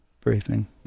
briefing